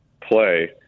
play